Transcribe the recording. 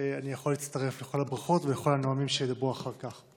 אני יכול להצטרף לכל הברכות ולכל הנואמים שידברו אחר כך.